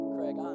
Craig